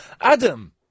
adam